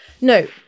no